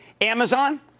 Amazon